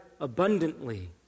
abundantly